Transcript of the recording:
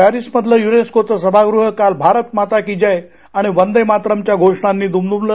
Paris मधलं यनेस्कोचं सभागृह काल भारत माताकी जय आणि वंदे मातरमच्या घोषणांनी दमदमलं